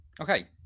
okay